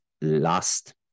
last